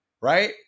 right